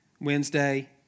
Wednesday